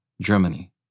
Germany